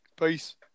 Peace